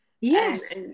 yes